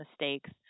mistakes